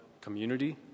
community